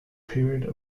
period